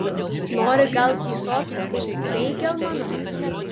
nori gal tysot kaip feigelmanas